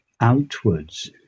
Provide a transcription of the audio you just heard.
outwards